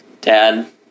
Dad